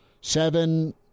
Seven